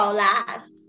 last